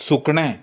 सुकणें